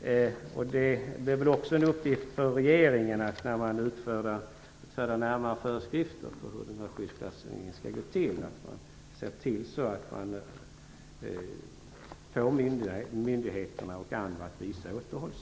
Det är väl också en uppgift för regeringen när man utfärdar närmare föreskrifter om hur den här skyddsklassningen skall gå till att se till att man får myndigheterna och andra att visa återhållsamhet.